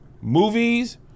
movies